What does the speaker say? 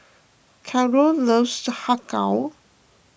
Caron loves Har Kow